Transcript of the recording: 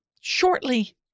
shortly